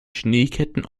schneeketten